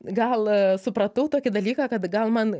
gal supratau tokį dalyką kad gal man